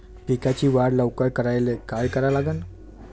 पिकाची वाढ लवकर करायले काय करा लागन?